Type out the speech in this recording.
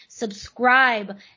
subscribe